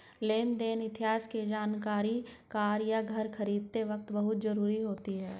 लेन देन इतिहास की जानकरी कार या घर खरीदते वक़्त बहुत जरुरी होती है